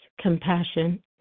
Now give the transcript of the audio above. compassion